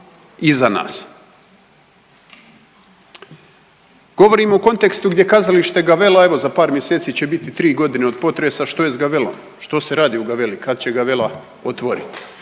iza nas. Govorimo u kontekstu gdje Kazalište Gavella evo za par mjeseci će biti 3 godine od potresa, što je s Gavellom, što se radi u Gavelli, kad će Gavella otvoriti.